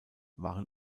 waren